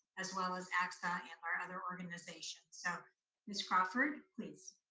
as well as axa and our other organizations. so miss crawford, please.